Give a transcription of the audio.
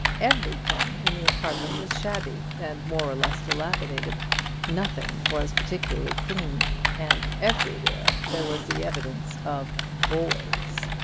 everything in the apartment was shabby, and more or less dilapidated nothing was particularly clean and everywhere there was the evidence of boys.